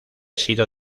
sido